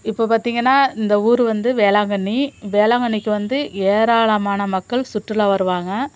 இப்போது பார்த்திங்கன்னா இந்த ஊர் வந்து வேளாங்கண்ணி வேளாங்கண்ணிக்கு வந்து ஏராளமான மக்கள் சுற்றுலா வருவாங்க